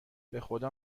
بخدا